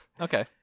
Okay